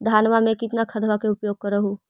धानमा मे कितना खदबा के उपयोग कर हू?